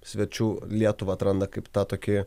svečių lietuvą atranda kaip tą tokį